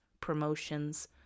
promotions